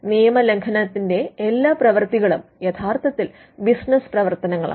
നിയമലംഘനത്തിന്റെ എല്ലാ പ്രവൃത്തികളും യഥാർത്ഥത്തിൽ ബിസിനസ്സ് പ്രവർത്തനങ്ങളാണ്